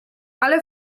ale